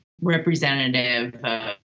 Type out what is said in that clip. representative